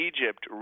Egypt